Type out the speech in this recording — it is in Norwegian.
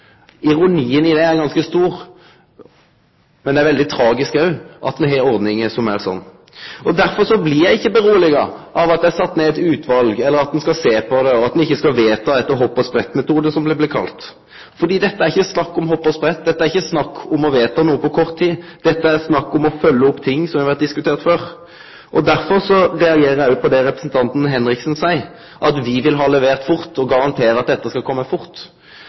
Ironien her er ganske stor, men det er også veldig tragisk at ein har ordningar som er slik. Derfor blir eg ikkje roa av at ein set ned eit utval, eller at ein skal sjå på det og ikkje vedta noko etter «hopp- og sprettmetoden», som det blei kalla. Det er ikkje snakk om hopp og sprett, og det er ikkje snakk om å vedta noko på kort tid. Det det er snakk om, er å følgje opp det som har vore diskutert før. Derfor reagerer eg også på det representanten Kari Henriksen seier, at me vil ha levert fort. Ho seier ho kan garantere at Arbeidarpartiet vil følgje opp, at det skal bli betre, og at det vil gå fort.